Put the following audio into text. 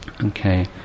Okay